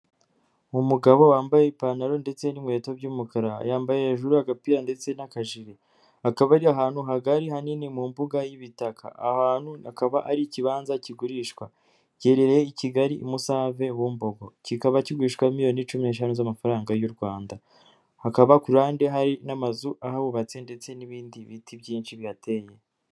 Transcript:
Umugabo wambaye ipantaro ndetse n'inkweto by'umukara, yambaye hejuru agapira ndetse n'akajiri, akaba ari ahantu hagari hanini mu mbuga y'ibitaka, aha hantu hakaba ari ikibanza kigurishwa, giherereye i Kigali, i Musave Bumbogo kikaba kigurishwa miyoni cumi eshanu z'amafaranga y'u Rwanda, hakaba kurande hari n'amazu ahubatse ndetse n'ibindi biti byinshi bihateye.